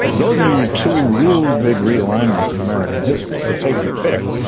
those are your two really big realignments in american history. so take your pick.